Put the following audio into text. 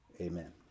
amen